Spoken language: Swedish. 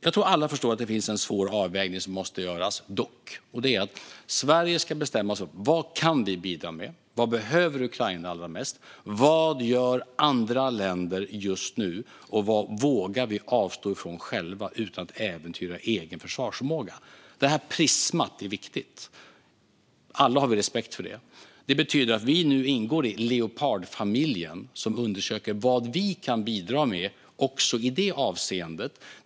Jag tror att alla förstår att det dock finns en svår avvägning som måste göras. Sverige ska bestämma sig för några saker: Vad kan vi bidra med? Vad behöver Ukraina allra mest? Vad gör andra länder just nu? Och vad vågar vi avstå ifrån själva utan att äventyra egen försvarsförmåga? Detta prisma är viktigt. Alla har vi respekt för det. Det betyder att vi nu ingår i Leopardfamiljen, som undersöker vad vi kan bidra med också i det avseendet.